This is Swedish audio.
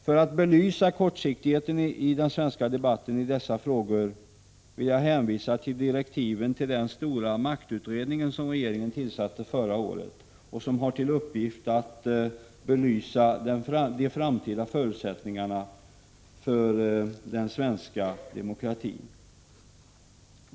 För att belysa kortsiktigheten i den svenska debatten i dessa frågor vill jag hänvisa till direktiven till den stora maktutredning som regeringen tillsatte förra året och som har till uppgift att belysa de framtida förutsättningarna för den svenska demokratin.